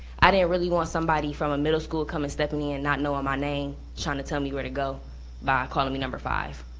i didn't really want somebody from a middle school come and stepping in and not knowing my name, trying to tell me where to go by calling me number five.